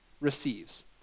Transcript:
receives